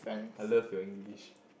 I love your English